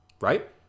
right